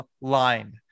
line